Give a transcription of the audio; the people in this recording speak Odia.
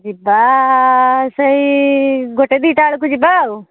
ଯିବା ସେଇ ଗୋଟେ ଦୁଇଟା ବେଳକୁ ଯିବା ଆଉ